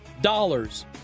dollars